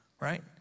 Right